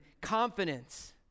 confidence